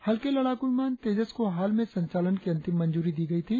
हल्के लड़ाकू विमान तेजस को हाल में संचालन की अंतिम मंजूरी दी गई थी